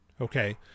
Okay